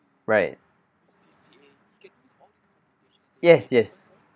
right yes yes